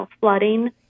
flooding